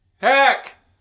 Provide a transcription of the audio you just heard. Heck